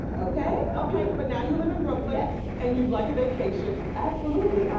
okay? okay, but now you live in brooklyn yes. and you'd like a vacation. absolutely.